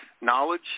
knowledge